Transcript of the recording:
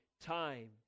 time